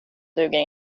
duger